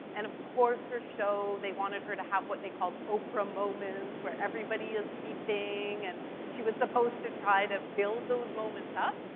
and of course her show, they wanted her to have what they called oprah moments where everybody is weeping, and she was supposed to try to build those moments up,